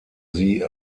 sie